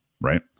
right